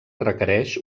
requereix